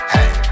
Hey